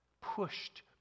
pushed